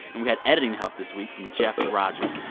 and we had editing help this week from jeff rogers.